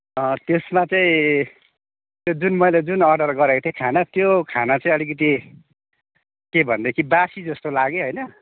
अँ त्यसमा चाहिँ त्यो जुन मैले जुन अर्डर गरेको थिएँ खाना त्यो खाना चाहिँ अलिकति के भनेदेखि बासी जस्तो लाग्यो होइन